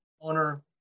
owner